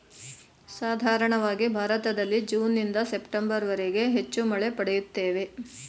ಸಾಧಾರಣವಾಗಿ ಭಾರತದಲ್ಲಿ ಜೂನ್ನಿಂದ ಸೆಪ್ಟೆಂಬರ್ವರೆಗೆ ಹೆಚ್ಚು ಮಳೆ ಪಡೆಯುತ್ತೇವೆ